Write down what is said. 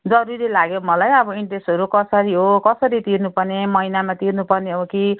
जरुरी लाग्यो मलाई अब इन्ट्रेसहरू कसरी हो कसरी तिर्नुपर्ने महिनामा तिर्नुपर्ने हो कि